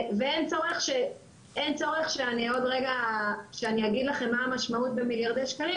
ואין צורך שאני אגיד לכם מה המשמעות במיליארדי שקלים